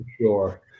Sure